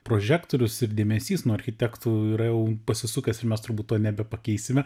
prožektorius ir dėmesys nuo architektų yra jau pasisukęs ir mes turbūt to nebepakeisime